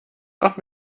auch